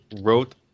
wrote